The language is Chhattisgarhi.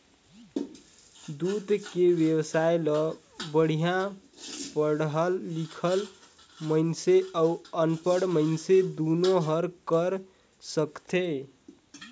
दूद के बेवसाय ल बड़िहा पड़हल लिखल मइनसे अउ अनपढ़ मइनसे दुनो हर कर सकथे